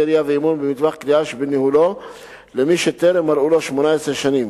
ירייה ואימון במטווח קליעה שבניהולו למי שטרם מלאו לו 18 שנים.